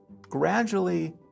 gradually